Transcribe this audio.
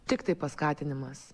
tiktai paskatinimas